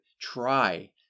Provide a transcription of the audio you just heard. try